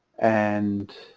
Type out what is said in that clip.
and